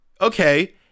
Okay